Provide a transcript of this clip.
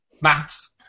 maths